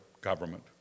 government